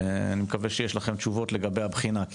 אני מקווה שיש לכם תשובות לגבי הבחינה כי